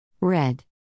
Red